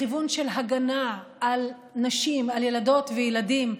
לכיוון של הגנה על נשים, על ילדות וילדים,